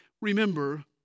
Remember